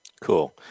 Cool